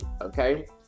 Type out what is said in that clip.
okay